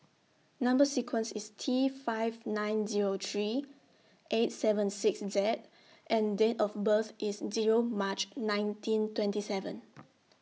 Number sequence IS T five nine Zero three eight seven six Z and Date of birth IS Zero March nineteen twenty seven